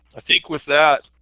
i think with that,